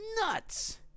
nuts